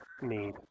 need